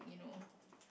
you know